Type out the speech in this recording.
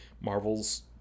Marvel's